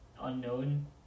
unknown